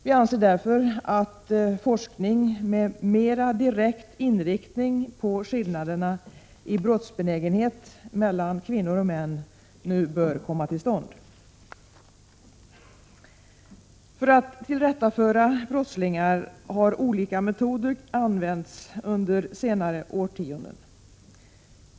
Vi anser därför att forskning med mera direkt inriktning på skillnaderna i brottsbenägenhet mellan kvinnor och män nu bör komma till stånd. För att tillrättaföra brottslingar har olika metoder använts under senare årtionden.